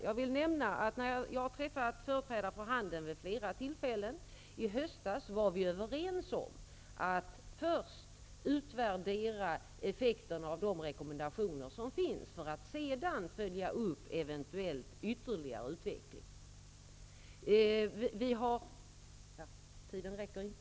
Jag har träffat företrädare för handeln vid flera tillfällen. I höstas var vi överens om att först utvärdera effekterna av de rekommendationer som finns för att sedan följa upp eventuellt ytterligare utveckling. -- Tiden räcker inte.